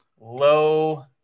low